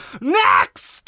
Next